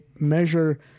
measure